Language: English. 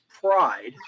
pride